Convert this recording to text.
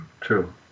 true